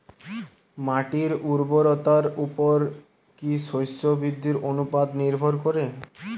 মাটির উর্বরতার উপর কী শস্য বৃদ্ধির অনুপাত নির্ভর করে?